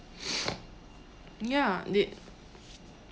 ya did